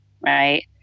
right